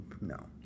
no